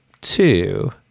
two